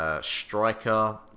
Striker